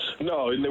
No